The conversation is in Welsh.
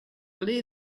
ble